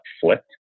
flipped